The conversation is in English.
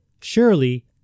Surely